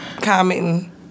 commenting